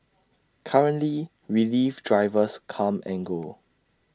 currently relief drivers come and go